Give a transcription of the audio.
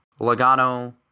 Logano